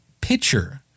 pitcher